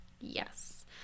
Yes